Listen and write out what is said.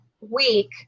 week